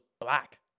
black